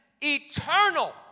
eternal